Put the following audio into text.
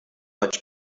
much